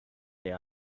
the